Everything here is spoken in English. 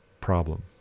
problem